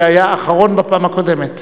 שהיה אחרון בפעם הקודמת.